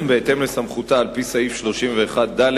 בהתאם לסמכותה על-פי סעיף 31(ד)